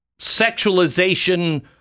sexualization